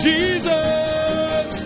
Jesus